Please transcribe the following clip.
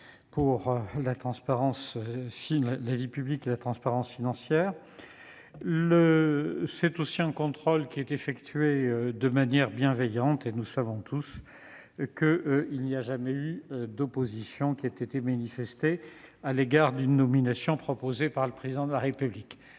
pour la transparence de la vie publique. C'est aussi un contrôle qui est effectué de manière bienveillante. Nous savons tous qu'il n'y a jamais eu d'opposition manifestée à l'égard d'une nomination proposée par le Président de la République.